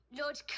Lord